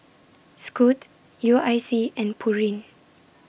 Scoot U I C and Pureen